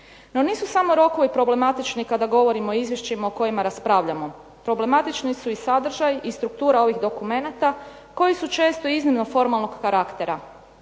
No nisu samo rokovi problematični kada govorimo o izvješćima o kojima raspravljamo. Problematični su i sadržaji i struktura ovih dokumenata koji su često iznimno formalnog karaktera.